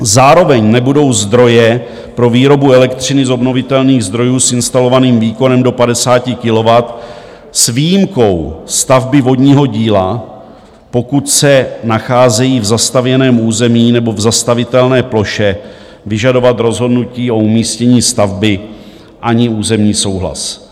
Zároveň nebudou zdroje pro výrobu elektřiny z obnovitelných zdrojů s instalovaným výkonem do 50 kW s výjimkou stavby vodního díla, pokud se nacházejí v zastavěném území nebo v zastavitelné ploše, vyžadovat rozhodnutí o umístění stavby ani územní souhlas.